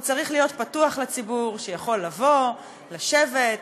הוא צריך להיות פתוח לציבור, שיוכל לבוא, לשבת,